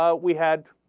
ah we had